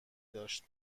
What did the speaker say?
داشت